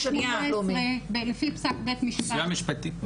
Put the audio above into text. לפי פסק בית משפט,